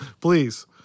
please